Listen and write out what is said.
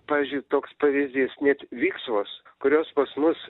pavyzdžiui toks pavyzdys net viksvos kurios pas mus